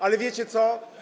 Ale wiecie co?